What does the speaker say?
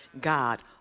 God